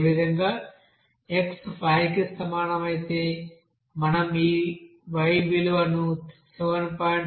అదేవిధంగా x 5 కి సమానమైతే మనం ఈ y విలువను 7